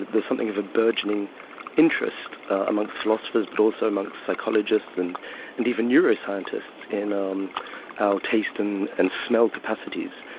there's something of a burgeoning interest amongst philosophers, but also amongst psychologists, and and even neuro-scientists, in um our taste and and smell capacities.